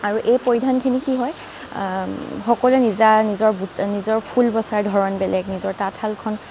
আৰু এই পৰিধানখিনি কি হয় সকলোৱে নিজা নিজৰ ফুল বচাৰ ধৰণ বেলেগ নিজৰ তাতশালখন